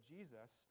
Jesus